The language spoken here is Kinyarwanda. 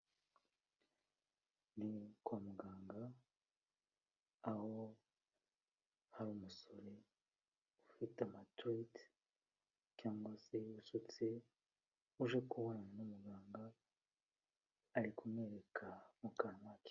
Ni kwa muganga, aho hari umusore ufite amaderede cyangwa se usutse, uje kubonana n'umuganga, ari kumwereka mu kanwa ke.